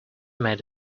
made